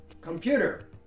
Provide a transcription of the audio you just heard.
computer